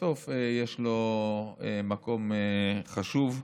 יש לזה מקום חשוב,